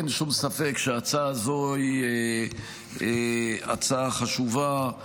אין שום ספק שההצעה הזו היא הצעה חשובה,